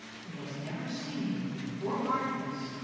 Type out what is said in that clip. he has never seen hatred or hardness,